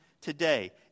today